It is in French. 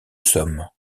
somme